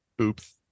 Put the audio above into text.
Oops